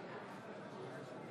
אינו נוכח סימון